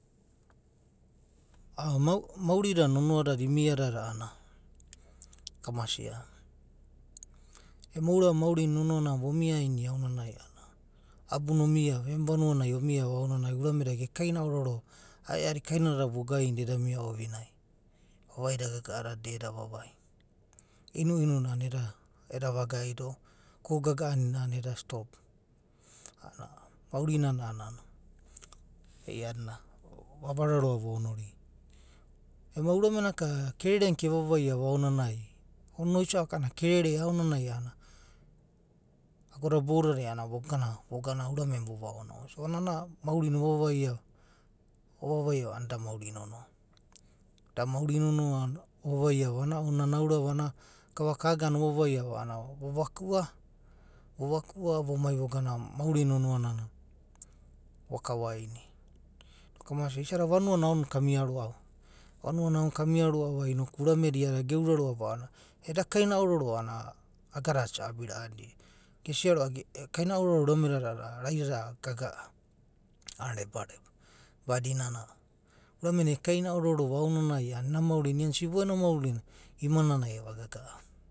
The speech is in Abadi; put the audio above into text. mauri da nonoa dada imia dada a’anana kamasia, ema ourava mausina nonoanana vomiainia aonanai a’anana abu na omiava, emu vanua nai omiava ao nanai urame da ge kaina ororo va, ae’adi kainadada vo gainda eda mia ovinai, vavai da gaga’a dada da eda vavai. Inumuna a’anana eda vagaidono, kuka gaga’a ania a’anana eda stop. A’anana maurina ia’adina vavararo’a vonoria. Ema urame naka kerere naka eva vaia a’onnanai, onina oisa’aku a’anana kerere a’onanai, agoda boudadai anana vogana, vogana urame na vovaonia, orina ana maurina ovavaiva a’anana da mauri nonoa, da mauri nonoa ova vaiava ounanai nana aurava gavaka iagana ovavaiva vaku’a, vo vaku’a vomai vogana, maurina nonoana vo kasainia. Noku, kamasia isada vanua na ao nanai kamia roa’va, vanuana aonanai kamia roa’va noku urame da iade geuraroa’va eda kaina ororo a’anana ogadada isa abi ra’anida, gesia roa’va kaina ororoda urame dada a’adada raidada gagaa’a a’anana reba reba, badinana urawe na ekainaororova aonanai iana ena maurina sibona ena mauri na imananai eva gaga’a va.